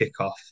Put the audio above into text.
kickoff